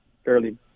fairly